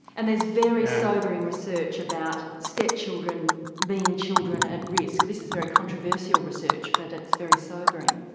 and there's very sobering research about step-children being children at risk, this is very controversial research but it's very sobering.